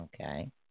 Okay